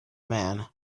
man